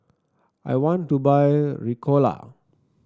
I want to buy Ricola